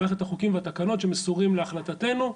מערכת החוקים והתקנות שמסורים להחלטתנו.